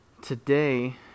Today